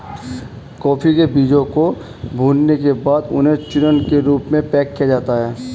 coffee के बीजों को भूलने के बाद उन्हें चूर्ण के रूप में पैक किया जाता है